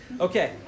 Okay